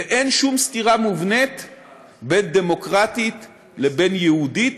ואין שום סתירה בין "דמוקרטית" לבין "יהודית",